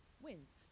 wins